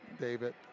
David